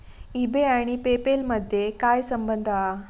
E बे आणि PayPal मधे काय संबंध हा?